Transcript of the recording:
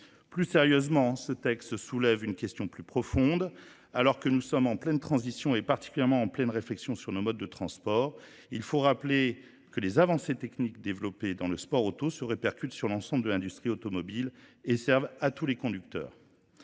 Plus sérieusement, ce texte soulève une question plus profonde. Alors que nous sommes en pleine transition et particulièrement en pleine réflexion sur nos modes de transport, il faut rappeler que les avancées techniques développées dans le sport auto se répercutent sur l'ensemble de l'industrie automobile et servent à tous les conducteurs.